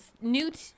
Newt